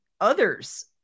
others